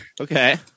Okay